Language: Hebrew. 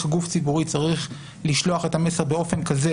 גוף ציבורי צריך לשלוח את המסר באופן כזה